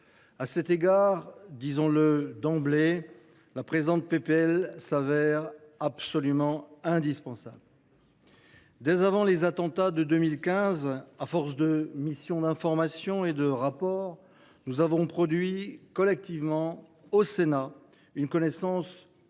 À cet égard, disons le d’emblée, la présente proposition de loi s’avère absolument indispensable. Dès avant les attentats de 2015, à force de missions d’information et de rapports, nous avons produit collectivement, au Sénat, un travail permettant